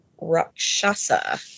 Rakshasa